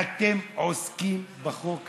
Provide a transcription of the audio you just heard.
אתם עושים בחוק הזה.